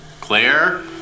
Claire